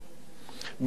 בכל מקרה,